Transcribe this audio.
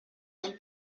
del